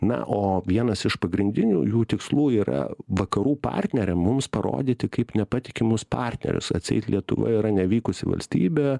na o vienas iš pagrindinių jų tikslų yra vakarų partneriam mums parodyti kaip nepatikimus partnerius atseit lietuva yra nevykusi valstybė